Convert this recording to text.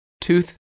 tooth